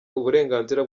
uburenganzira